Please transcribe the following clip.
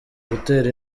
gutera